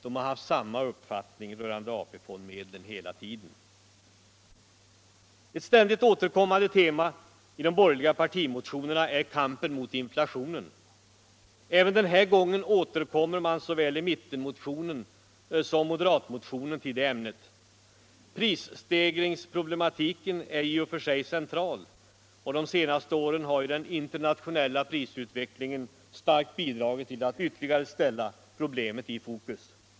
De har haft samma uppfattning rörande AP-fondmedlen hela tiden. Ett ständigt återkommande tema i de borgerliga partimotionerna är kampen mot inflationen. Även denna gång återkommer man i såväl mittenmotionen som moderatmotionen till detta ämne. Prisstegringsproblematiken är i och för sig central, och de senaste åren har ju den internationella prisutvecklingen starkt bidragit till att ytterligare ställa pro blemet i fokus.